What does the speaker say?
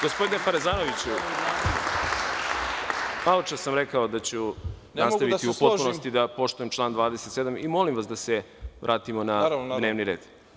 Gospodine Parezanoviću, maločas sam rekao da ću nastaviti u potpunosti da poštujem član 27. i molim vas da se vratimo na dnevni red.